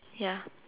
ya